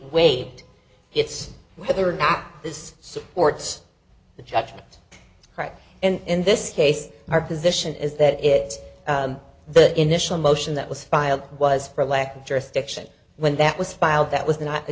wait it's whether or not this supports the judgment right and in this case our position is that it the initial motion that was filed was for lack of jurisdiction when that was filed that was not a